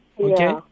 Okay